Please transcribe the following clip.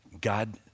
God